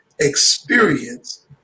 experience